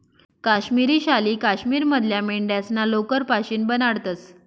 काश्मिरी शाली काश्मीर मधल्या मेंढ्यास्ना लोकर पाशीन बनाडतंस